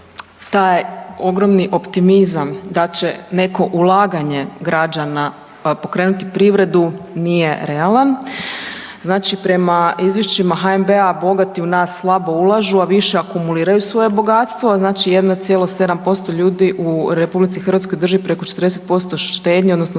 taj ogromni optimizam da će neko ulaganje građana pokrenuti privredu nije realan. Znači prema izvješćima HNB-a bogati u nas slabo ulažu, a više akumuliraju svoje bogatstvo, znači 1,7% ljudi u RH drži preko 40% štednje odnosno